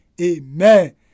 Amen